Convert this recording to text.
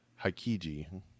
Haikiji